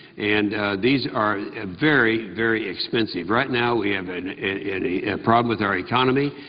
and these are very very expensive. right now we have and a problem with our economy.